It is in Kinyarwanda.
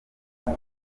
ati